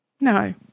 No